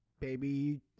baby